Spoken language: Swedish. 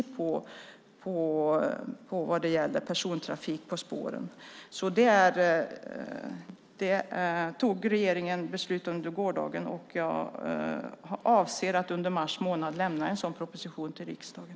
Det tog regeringen beslut om under gårdagen. Jag avser att under mars månad lämna en sådan proposition till riksdagen.